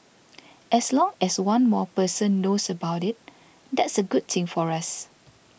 as long as one more person knows about it that's a good thing for us